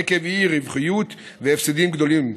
עקב אי-רווחיות והפסדים גדולים.